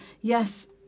yes